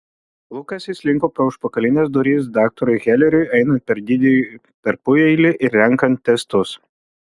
lukas įslinko pro užpakalines duris daktarui heleriui einant per didįjį tarpueilį ir renkant testus